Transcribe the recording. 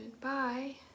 Bye